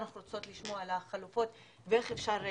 אנחנו רוצות לשמוע על החלופות ואיך אפשר לקדם.